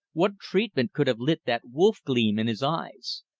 what treatment could have lit that wolf-gleam in his eyes?